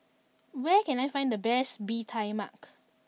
where can I find the best Bee Tai Mak